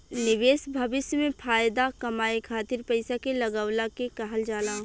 निवेश भविष्य में फाएदा कमाए खातिर पईसा के लगवला के कहल जाला